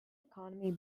economy